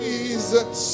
Jesus